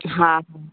हा